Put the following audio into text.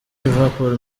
liverpool